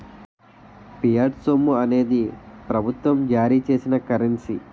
fiat సొమ్ము అనేది ప్రభుత్వం జారీ చేసిన కరెన్సీ